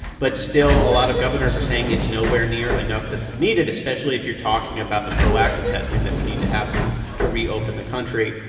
but still, a lot of governors are saying it's nowhere near enough that's needed, especially if you're talking about the proactive testing that would need to happen to reopen the country.